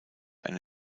eine